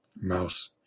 mouse